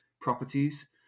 properties